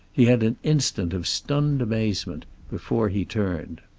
he had an instant of stunned amazement before he turned.